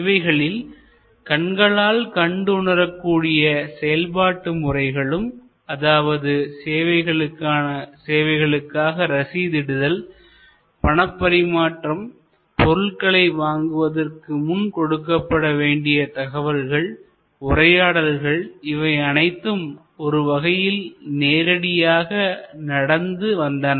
இவைகளில் கண்களால் கண்டு உணரக்கூடிய செயல்பாட்டு முறைகளும் அதாவது சேவைகளுக்கான ரசீதுஇடுதல் பணப்பரிமாற்றம் பொருள்களை வாங்குவதற்கு முன் கொடுக்கப்பட வேண்டிய தகவல்கள் உரையாடல்கள் இவை அனைத்தும் ஒரு வகையில் நேரடியாக நடந்து வந்தன